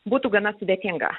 būtų gana sudėtinga